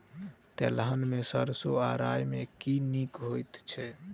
तेलहन मे सैरसो आ राई मे केँ नीक होइ छै?